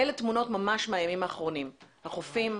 אלה תמונות ממש מהימים האחרונים החופים.